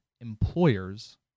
employers